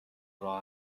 راه